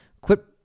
Quit